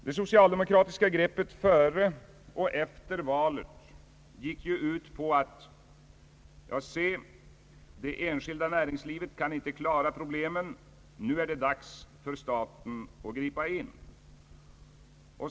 Det socialdemokratiska greppet före och omedelbart efter valet gick ju ut på att »ja se, det enskilda näringslivet kan inte klara problemen, nu är det dags för staten att gripa in».